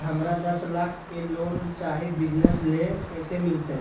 हमरा दस लाख के लोन चाही बिजनस ले, कैसे मिलते?